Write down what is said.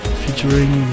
featuring